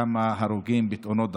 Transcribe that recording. כמה משפחות של הרוגים בתאונות דרכים.